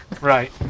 Right